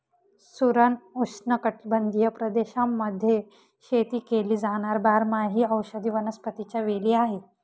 सुरण उष्णकटिबंधीय प्रदेशांमध्ये शेती केली जाणार बारमाही औषधी वनस्पतीच्या वेली आहे